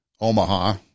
Omaha